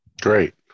Great